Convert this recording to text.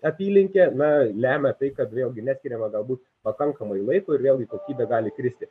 apylinkė na lemia tai kad vėlgi neskiriama galbūt pakankamai laiko ir vėlgi kokybė gali kristi